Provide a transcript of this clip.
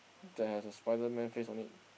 that has a Spiderman face on it